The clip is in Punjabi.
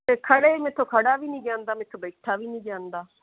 ਅਤੇ ਖੜ੍ਹੇ ਮੇਰੇ ਤੋਂ ਖੜ੍ਹਾ ਵੀ ਨਹੀਂ ਜਾਂਦਾ ਮੇਰੇ ਤੋਂ ਬੈਠਾ ਵੀ ਨਹੀਂ ਜਾਂਦਾ